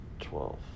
twelve